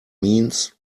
means